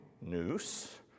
noose